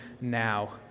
now